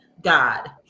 God